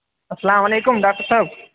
اَسلام علیکُم ڈاکٹر صٲب